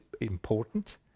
important